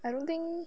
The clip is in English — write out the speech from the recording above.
I don't think